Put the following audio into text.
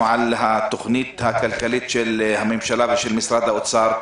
על התוכנית הכלכלית של הממשלה ושל משרד האוצר,